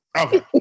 Okay